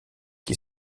qui